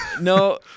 No